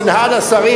המינהל והשרים,